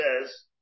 says